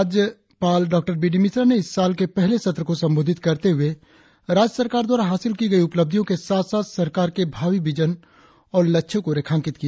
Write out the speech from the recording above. राज्यपाल डॉ B D Mishra ने इस साल के पहले सत्र को संबोधित करते हुए राज्य सरकार द्वारा हासिल की गई उपलब्धियों के साथ साथ सरकार के भावी विजन और लक्ष्यों को रेखांकित किया